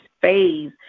phase